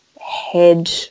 head